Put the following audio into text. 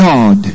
God